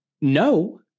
no